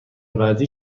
بعدی